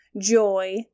joy